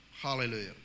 Hallelujah